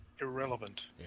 irrelevant